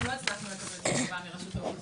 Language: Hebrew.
אנחנו לא הצלחנו לקבל תשובה מרשות האוכלוסין,